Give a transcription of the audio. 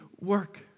work